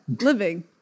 living